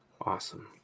awesome